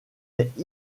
est